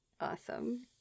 Awesome